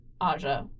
Aja